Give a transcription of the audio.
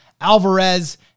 Alvarez